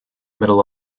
middle